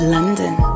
London